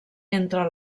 entre